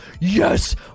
Yes